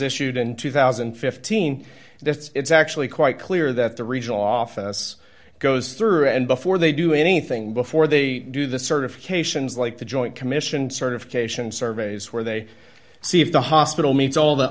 issued in two thousand and fifteen it's actually quite clear that the regional office goes through and before they do anything before they do the certifications like the joint commission certification surveys where they see if the hospital meets all the